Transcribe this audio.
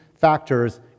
factors